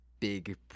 big